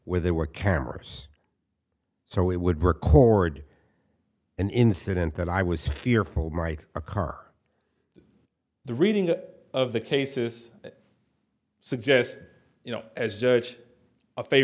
where there were cameras so we would record an incident that i was fearful right a car the reading of the cases suggest you know as a judge a